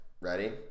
ready